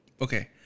Okay